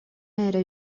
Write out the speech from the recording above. эрэ